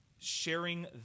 sharing